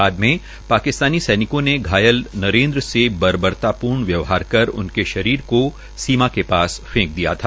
बाद में पाकिस्तान सैनिकों ने घायल नरेन्द्र के बर्बरतापूर्ण व्यवहार कर उनके शरीर को सीमा के पास फैंक दिया था